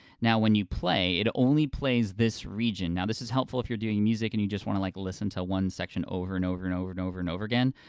now when you play, it only plays this region. now this is helpful if you're doing music and you just wanna like listen to like one section over and over and over and over and over again,